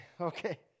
okay